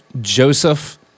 Joseph